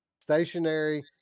Stationary